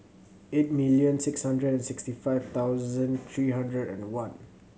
eight million six hundred and sixty five thousand three hundred and one